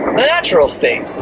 the natural state.